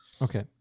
Okay